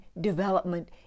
development